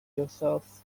yourself